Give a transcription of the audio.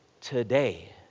today